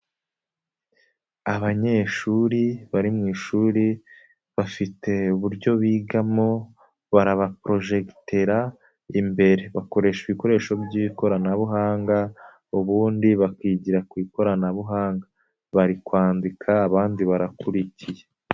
Abanyeshuri bari mu ishuri bafite uburyo bigamo, barabaporojegitera, imbere bakoresha ibikoresho by'ikoranabuhanga, ubundi bakigira ku ikoranabuhanga bari kwandika abandi barakurikiye.